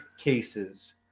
cases